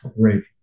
Great